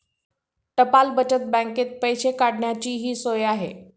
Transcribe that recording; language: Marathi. टपाल बचत बँकेत पैसे काढण्याचीही सोय आहे